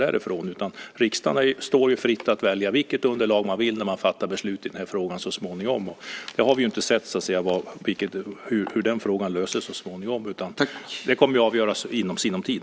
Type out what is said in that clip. Det står riksdagen fritt att välja vilket underlag man vill när beslut ska fattas i frågan så småningom. Vi vet inte hur den frågan löses så småningom. Det kommer att avgöras inom sinom tid.